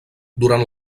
durant